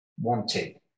wanted